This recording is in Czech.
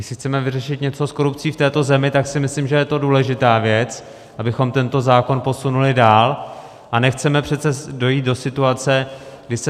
Jestli chceme vyřešit něco s korupcí v této zemi, tak si myslím, že je to důležitá věc, abychom tento zákon posunuli dál, a nechceme přece dojít do situace, kdy se